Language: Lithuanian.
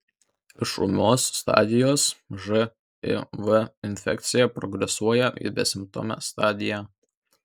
iš ūmios stadijos živ infekcija progresuoja į besimptomę stadiją